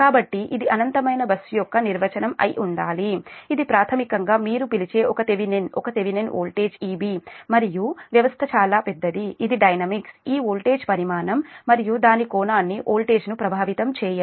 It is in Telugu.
కాబట్టి ఇది అనంతమైన బస్సు యొక్క నిర్వచనం అయిఉండాలి ఇది ప్రాథమికంగా మీరు పిలిచే ఒక థెవెనిన్ ఒక థెవెనిన్ వోల్టేజ్ EB మరియు వ్యవస్థ చాలా పెద్దది ఇది డైనమిక్స్ ఈ వోల్టేజ్ పరిమాణం మరియు దాని కోణాన్ని వోల్టేజ్ను ప్రభావితం చేయదు